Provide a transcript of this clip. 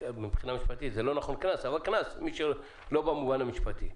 זה לא נכון מבחינה משפטית,